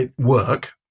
work